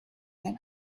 than